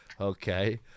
Okay